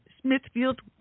Smithfield